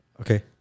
Okay